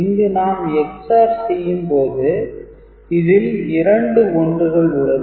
இங்கு நாம் EXOR செய்யும் போது இதில் இரண்டு 1 கள் உள்ளது